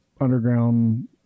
underground